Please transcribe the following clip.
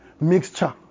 mixture